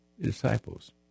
disciples